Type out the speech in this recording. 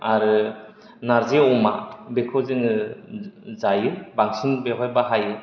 आरो नारजि अमा बेखौ जोङो जायो बांसिन बेवहाय बाहायो